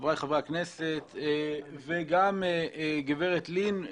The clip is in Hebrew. חבריי חברי הכנסת וגם גברת לין,